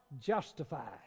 justified